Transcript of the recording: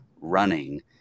running